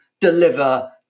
deliver